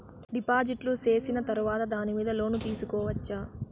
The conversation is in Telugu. డిపాజిట్లు సేసిన తర్వాత దాని మీద లోను తీసుకోవచ్చా?